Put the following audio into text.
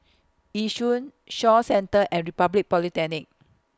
Yishun Shaw Centre and Republic Polytechnic